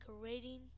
creating